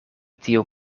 tiu